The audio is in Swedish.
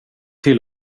till